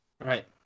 right